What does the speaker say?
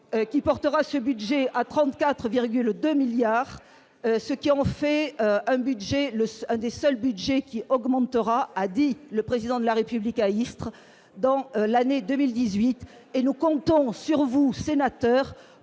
qui portera ce budget à 34,2 milliards, ce qui en fait un budget le un des seuls Budgets qui augmentera, a dit le président de la République à Istres dans l'année 2018 et nous comptons sur vous sénateur